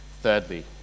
Thirdly